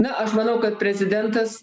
na aš manau kad prezidentas